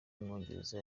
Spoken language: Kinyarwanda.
w’umwongereza